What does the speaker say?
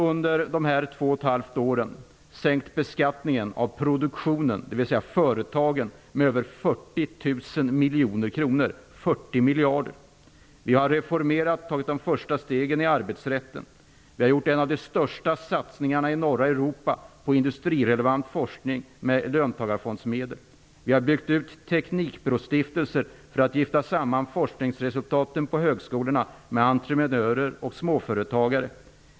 Under dessa två och ett halvt år har vi sänkt beskattningen av produktionen, dvs. av företagen, med över 40 miljarder. Vi har tagit de första stegen till en reformering av arbetsrätten. Vi har med löntagarfondsmedel gjort en av de största satsningarna i norra Europa på industrirelevant forskning. Vi har byggt ut teknikbrostiftelser för att ''gifta samman'' forskningsresultaten på högskolorna med entreprenörer och småföretagare.